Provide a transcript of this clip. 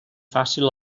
fàcil